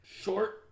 Short